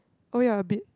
oh ya a bit